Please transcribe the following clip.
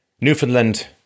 Newfoundland